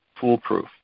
foolproof